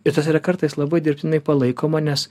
ir tas yra kartais labai dirbtinai palaikoma nes